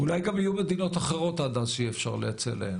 אולי גם יהיו מדינות אחרות עד אז שאפשר יהיה לייצא להן,